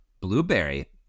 Blueberry